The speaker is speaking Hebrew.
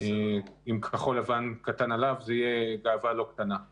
גם כחול לבן קטן עליו, זו